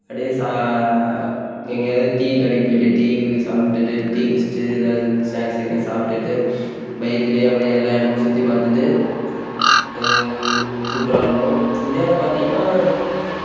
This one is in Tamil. அப்படியே சா எங்கேயாவது டீ கடைக்கு போயிட்டு டீ சாப்பிட்டுட்டு டீ குடிச்சிட்டு ஏதாவது ஸ்நாக்ஸ் இருந்தால் சாப்பிட்டுட்டு பைக்லையே அப்படியே எல்லா இடமும் சுற்றிப் பார்த்துட்டு அது சூப்பராக இருக்கும் இந்தியாவில் பார்த்தீங்கன்னா